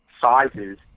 sizes